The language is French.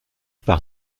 par